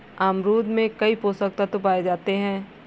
अमरूद में कई पोषक तत्व पाए जाते हैं